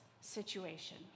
situation